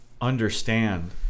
understand